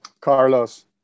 Carlos